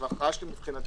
וזו הכרעה סופית מבחינתי.